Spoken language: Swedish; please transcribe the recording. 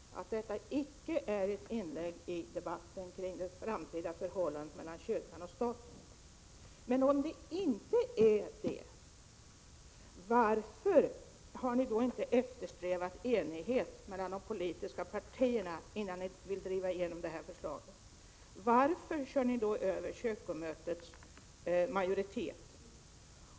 Fru talman! Jarl Lander säger att vi nu borde ha fått klart för oss att detta icke är ett inlägg i debatten om det framtida förhållandet mellan kyrkan och staten. Men om det inte är det, varför har ni då inte eftersträvat enighet mellan de politiska partierna innan ni vill genomdriva det här förslaget? Varför kör ni då över kyrkomötets majoritet?